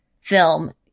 film